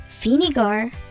vinegar